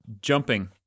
jumping